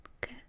Good